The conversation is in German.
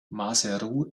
maseru